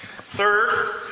Third